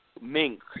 Mink